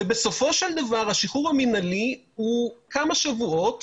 בסופו של דבר השחרור המינהלי הוא כמה שבועות